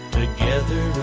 together